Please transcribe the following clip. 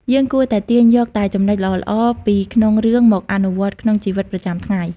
យើងគួរតែទាញយកតែចំណុចល្អៗពីក្នុងរឿងមកអនុវត្តក្នុងជីវិតប្រចាំថ្ងៃ។